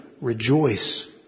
rejoice